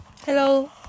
Hello